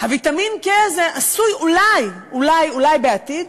הוויטמין K הזה עשוי אולי, אולי, אולי בעתיד,